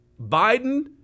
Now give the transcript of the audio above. Biden